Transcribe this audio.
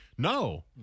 no